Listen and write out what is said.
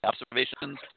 observations